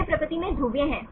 वे प्रकृति में ध्रुवीय हैं